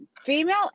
female